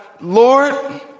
Lord